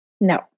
No